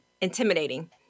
intimidating